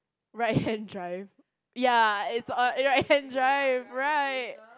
right hand drive ya it's on right hand drive right